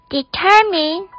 Determine